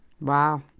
Wow